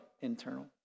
internal